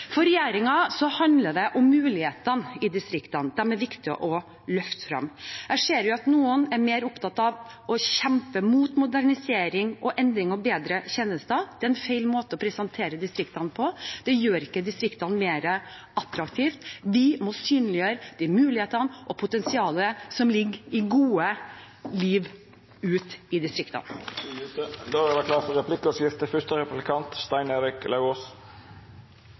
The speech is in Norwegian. handler det om mulighetene i distriktene. Det er viktig å løfte frem dem. Jeg ser at noen er mer opptatt av å kjempe mot modernisering, endring og bedre tjenester. Det er feil måte å presentere distriktene på. Det gjør ikke distriktene mer attraktive. Vi må synliggjøre de mulighetene og det potensialet som ligger i gode liv ute i distriktene.